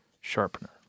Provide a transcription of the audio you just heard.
sharpener